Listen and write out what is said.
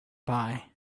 pie